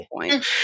point